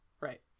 right